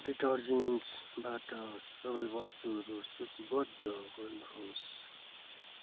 detergents बाट सबै वस्तुहरू सूचीबद्ध गर्नुहोस्